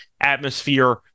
atmosphere